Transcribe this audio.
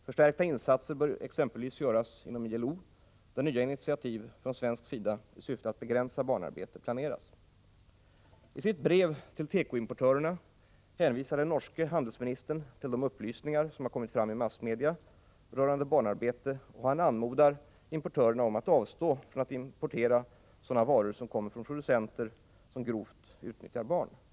Förstärkta insatser bör exempelvis göras inom ILO, där nya initiativ från svensk sida i syfte att begränsa barnarbete planeras. I sitt brev till tekoimportörerna hänvisar den norske handelsministern till de upplysningar som har kommit fram i massmedia rörande barnarbete, och han anmodar importörerna att avstå från att importera sådana varor som kommer från producenter som grovt utnyttjar barn.